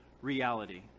reality